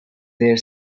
their